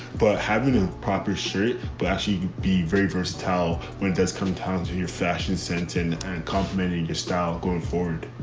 but having a proper shirt, but actually be very versatile when it does come times in your fashion sentence and complimenting your style going forward.